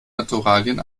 naturalien